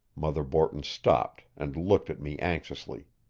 mother borton stopped and looked at me anxiously.